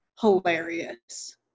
hilarious